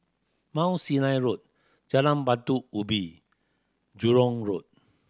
Mount Sinai Road Jalan Batu Ubin Jurong Road